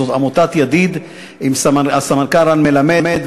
זאת עמותת "ידיד" עם הסמנכ"ל רן מלמד.